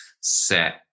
set